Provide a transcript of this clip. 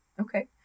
Okay